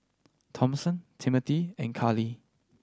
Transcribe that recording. Thompson Timmothy and Kali